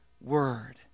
word